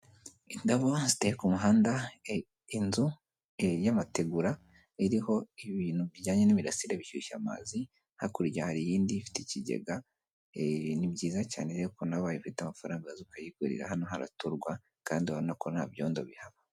Indabo ziteye ku muhanda, inzu y'amategura iriho ibintu bijyanye n'imirasire bishyushya amazi, hakurya hari iyindi ifite ikigega, ni byiza cyane rero ko nabo bafite amafaranga yo kayigurira, hano haraturwa kandi urabona ko nta byondo bihaba.